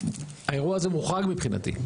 האירוע הזה מוחרג מבחינתי.